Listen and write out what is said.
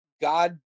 God